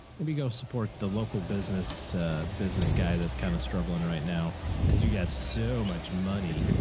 maybe go support the local business. a business guy that's kind of struggling right now because you've got so much money.